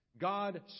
God